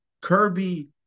Kirby